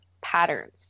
patterns